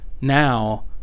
now